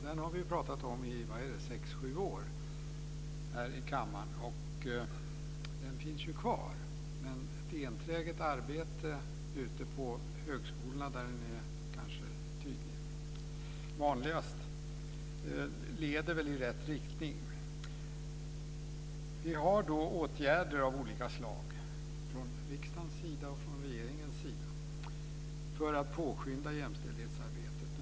Den har vi pratat om i sex sju år här i kammaren. Den finns kvar. Men det råder ett enträget arbete ute på högskolorna där den är vanligast, och arbetet leder i rätt riktning. Det finns då åtgärder av olika slag från riksdagens och regeringens sida för att påskynda jämställdhetsarbetet.